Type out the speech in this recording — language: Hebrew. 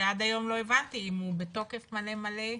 שעד היום לא הבנתי אם הוא בתוקף מלא מלא,